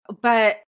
But-